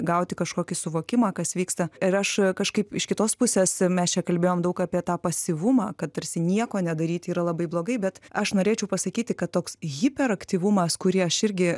gauti kažkokį suvokimą kas vyksta ir aš kažkaip iš kitos pusės mes čia kalbėjom daug apie tą pasyvumą kad tarsi nieko nedaryt yra labai blogai bet aš norėčiau pasakyti kad toks hiperaktyvumas kurį aš irgi